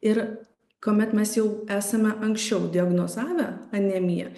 ir kuomet mes jau esame anksčiau diagnozavę anemiją